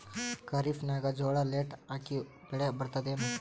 ಖರೀಫ್ ನಾಗ ಜೋಳ ಲೇಟ್ ಹಾಕಿವ ಬೆಳೆ ಬರತದ ಏನು?